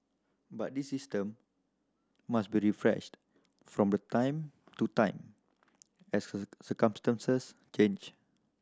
but this system must be refreshed from time to time as circumstances change